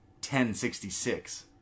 1066